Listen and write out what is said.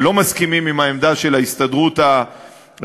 לא מסכימים עם העמדה של ההסתדרות הרפואית.